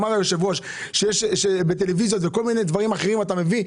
כבר ציין היושב ראש שטלוויזיות וכל דבר אחר בודקים.